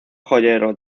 joyero